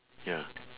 ya